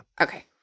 Okay